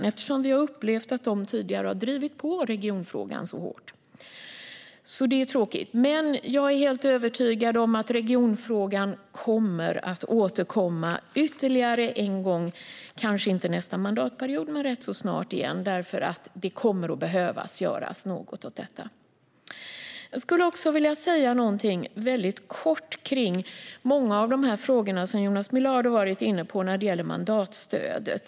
Vi har nämligen upplevt att de tidigare har drivit på regionfrågan hårt, så det är tråkigt. Men jag är helt övertygad om att regionfrågan kommer att återkomma ytterligare en gång, kanske inte nästa mandatperiod men rätt så snart. Det kommer att behöva göras något åt detta. Jag skulle också väldigt kort vilja säga något om de frågor som Jonas Millard varit inne på när det gäller mandatstödet.